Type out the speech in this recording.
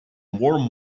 warm